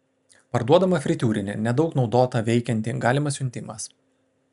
parduodama fritiūrinė nedaug naudota veikianti galimas siuntimas